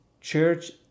church